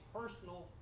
personal